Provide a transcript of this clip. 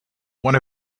one